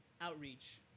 outreach